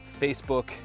Facebook